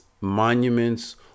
monuments